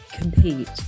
compete